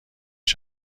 cbs